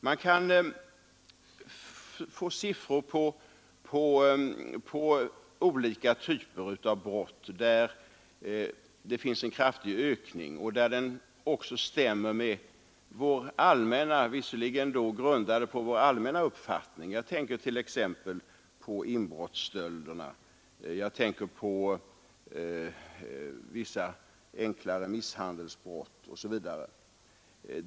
Vi kan få fram siffror på olika typer av brott, där det har skett en kraftig ökning och där uppgifterna också stämmer med vår allmänna uppfattning. Jag tänker t.ex. på inbrottsstölderna och vissa enklare misshandelsbrott.